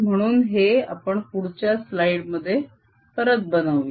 म्हणून हे आपण पुढच्या स्लाईड मध्ये परत बनवूया